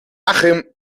achim